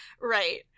Right